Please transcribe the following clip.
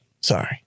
Sorry